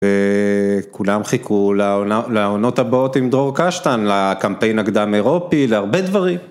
וכולם חיכו לעונות הבאות עם דרור קשטן לקמפיין הקדם אירופי, להרבה דברים.